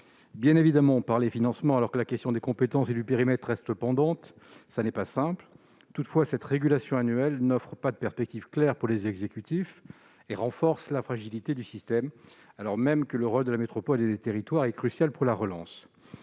durer. Évidemment, discuter du financement alors que la question des compétences et du périmètre reste pendante n'est pas simple. Toutefois, cette régulation annuelle n'offre pas de perspective claire pour les exécutifs et renforce la fragilité du système, alors même que le rôle de la métropole et des territoires est crucial pour la relance.